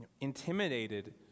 intimidated